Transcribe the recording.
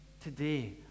today